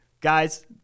Guys